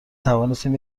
توانستیم